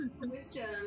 wisdom